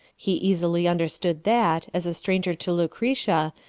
he easily understood that, as a stranger to lucretia,